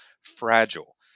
fragile